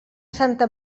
santa